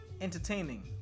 Entertaining